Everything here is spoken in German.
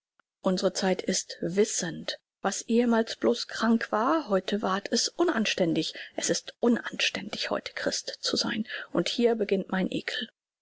unsre zeit ist wissend was ehemals bloß krank war heute ward es unanständig es ist unanständig heute christ zu sein und hier beginnt mein ekel